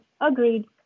agreed